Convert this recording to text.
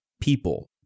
people